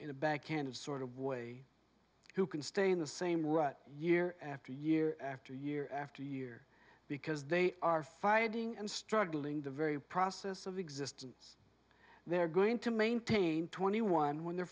a backhanded sort of way who can stay in the same rut year after year after year after year because they are fighting and struggling the very process of existence they're going to maintain twenty one when they're